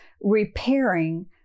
repairing